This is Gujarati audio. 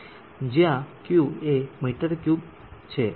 જ્યાં Q એ મી3 છે hએ મીટર માં છે